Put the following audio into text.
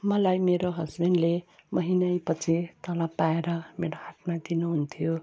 मलाई मेरो हस्बेन्डले महिनै पछि तलब पाएर मेरो हातमा दिनु हुन्थ्यो